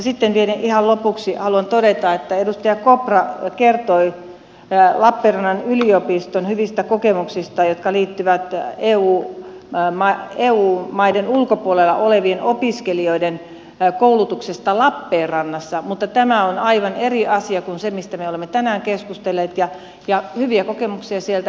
sitten vielä ihan lopuksi haluan todeta että edustaja kopra kertoi lappeenrannan yliopiston hyvistä kokemuksista jotka liittyvät eu maiden ulkopuolella olevien opiskelijoiden koulutukseen lappeenrannassa mutta tämä on aivan eri asia kuin se mistä me olemme tänään keskustelleet ja hyviä kokemuksia sieltä siltä osin on